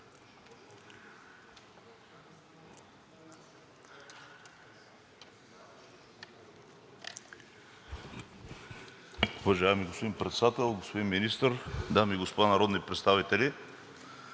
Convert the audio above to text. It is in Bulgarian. Уважаеми господин Председател, господин Вицепремиер, дами и господа народни представители!